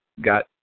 got